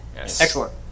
Excellent